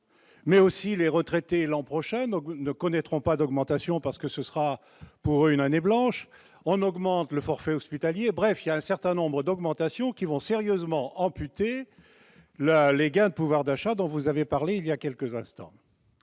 mais aussi les retraités l'an prochain au goût ne connaîtront pas d'augmentation parce que ce sera pour une année blanche, on augmente le forfait hospitalier, bref, il y a un certain nombre d'augmentations qui vont sérieusement amputé la les gains de pouvoir d'achat dont vous avez parlé il y a quelques instants,